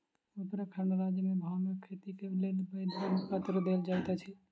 उत्तराखंड राज्य मे भांगक खेती के लेल वैध अनुपत्र देल जाइत अछि